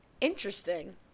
Interesting